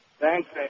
Thanks